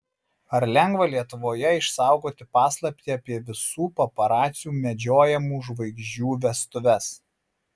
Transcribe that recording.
ar lengva lietuvoje išsaugoti paslaptį apie visų paparacių medžiojamų žvaigždžių vestuves